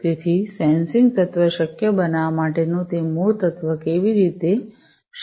તેથી સેન્સિંગ તત્વ શક્ય બનાવવા માટેનું તે મૂળ તત્વ કેવી રીતે શક્ય છે